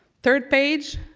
third page,